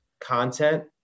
content